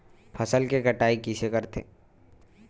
फसल के कटाई कइसे करथे?